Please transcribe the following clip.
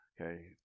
okay